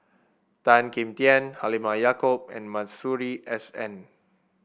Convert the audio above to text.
Tan Kim Tian Halimah Yacob and Masuri S N